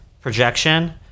projection